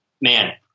man